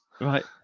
Right